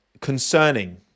concerning